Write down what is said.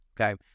okay